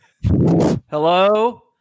Hello